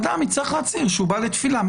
אדם יצטרך להצהיר שהוא בא לתפילה.